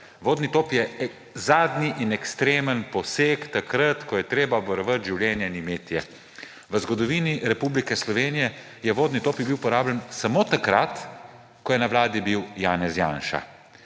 Vodni top je zadnji in ekstremen poseg takrat, ko je treba varovati življenje in imetje. V zgodovini Republike Slovenije je vodni top bil uporabljen samo takrat, ko je na vladi bil Janez Janša.